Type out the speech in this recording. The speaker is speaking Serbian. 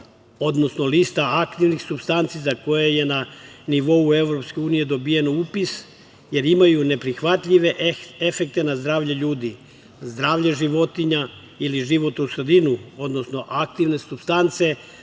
odnosno lista aktivnih supstanci za koje je na nivou EU dobijen upis jer imaju neprihvatljive efekte na zdravlje ljudi, zdravlje životinja ili životnu sredinu, odnosno aktivne supstance